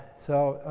so,